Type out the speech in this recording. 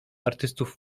artystów